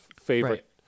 favorite